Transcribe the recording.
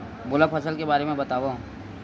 मोला फसल के बारे म बतावव?